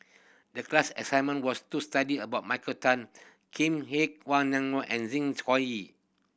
the class assignment was to study about Michael Tan Kim Nei Aline Wong and Zeng Shouyin